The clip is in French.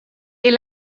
est